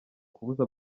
kubuza